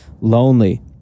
Lonely